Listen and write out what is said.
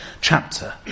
Chapter